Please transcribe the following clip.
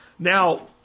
Now